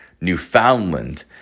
Newfoundland